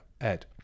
ed